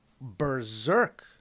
berserk